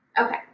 okay